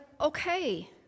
okay